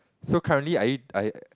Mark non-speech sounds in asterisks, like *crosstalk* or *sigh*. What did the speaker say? so currently are you are *noise*